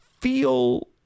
feel